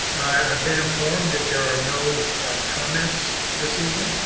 i've been informed that there are no comments this evening.